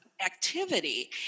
activity